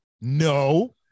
no